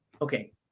Okay